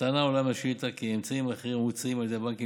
הטענה העולה מהשאילתה כי האמצעים האחרים המוצעים על ידי הבנקים